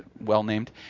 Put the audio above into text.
well-named